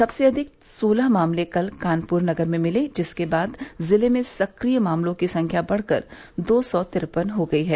सबसे अधिक सोलह मामले कल कानपुर नगर में मिले जिसके बाद जिले में सक्रिय मामलों की संख्या बढ़कर दो सौ तिरपन हो गई है